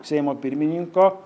seimo pirmininko